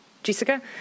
Jessica